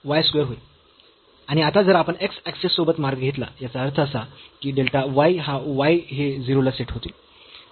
आणि आता जर आपण x ऍक्सिस सोबत मार्ग घेतला याचा अर्थ असा की डेल्टा y हा y हे 0 ला सेट होतील